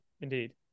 indeed